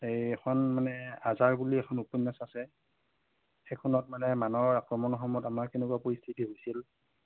এই এখন মানে আজাৰ বুলি এখন উপন্যাস আছে সেইখনত মানে মানৰ আক্ৰমণৰ সময়ত আমাৰ কেনেকুৱা পৰিস্থিতি হৈছিল